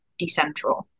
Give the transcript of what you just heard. decentral